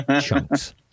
chunks